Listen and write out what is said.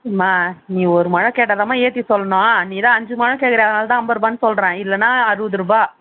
மா நீ ஒரு முழம் கேட்டால் தான்மா ஏற்றி சொல்லணும் நீ தான் அஞ்சு முழம் கேட்கிறியே அதனால் தான் ஐம்பதுருபானு சொல்கிறேன் இல்லைன்னா அறுபதுருபாய்